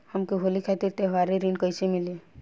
हमके होली खातिर त्योहारी ऋण कइसे मीली?